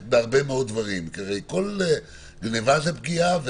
בהרבה מאוד דברים כי הרי כול גניבה זו פגיעה,